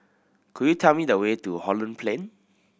could you tell me the way to Holland Plain